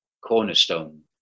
cornerstone